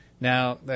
Now